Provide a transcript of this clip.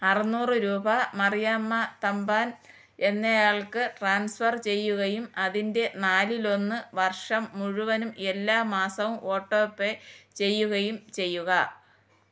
അറുന്നൂറ് രൂപ മറിയാമ്മ തമ്പാൻ എന്നയാൾക്ക് ട്രാൻസ്ഫർ ചെയ്യുകയും അതിൻ്റെ നാലിലൊന്ന് വർഷം മുഴുവനും എല്ലാ മാസവും ഓട്ടോ പേ ചെയ്യുകയും ചെയ്യുക